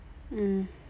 mm